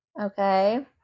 Okay